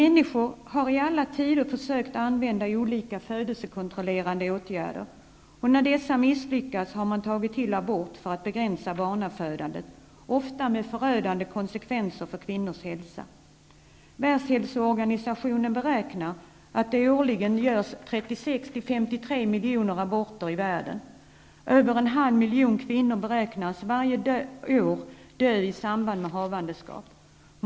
Människor har i alla tider försökt använda olika födelsekontrollerande åtgärder. När dessa misslyckas har man tagit till abort för att begränsa barnafödandet, ofta med förödande konsekvenser för kvinnors hälsa. Världshälsoorganisationen beräknar att det årligen görs 36--53 miljoner aborter i världen. Över en halv miljon kvinnor beräknas varje år dö i samband med havandeskap.